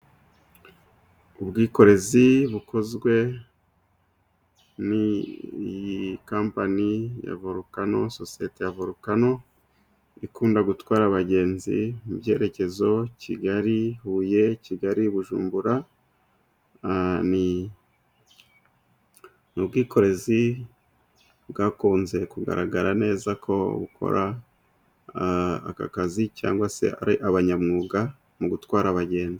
Ubwikorezi bukozwe na company ya volcano. Sosiyete ya volcano ikunda gutwara abagenzi, mu byerekezo bya Kigali, Huye, Kigali Bujumbura .Ubwikorezi bwakunze kugaragara neza ,ko bukora aka kazi cyangwa ari abanyamwuga mu gutwara abagenzi.